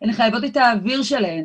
הן חייבות את האוויר שלהן.